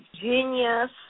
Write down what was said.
genius